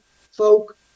folk